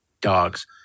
Dogs